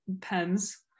pens